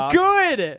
good